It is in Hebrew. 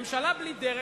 ממשלה בלי דרך.